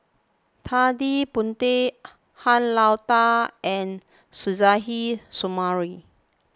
Ted De Ponti Han Lao Da and Suzairhe Sumari